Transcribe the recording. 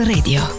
Radio